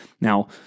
Now